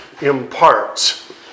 imparts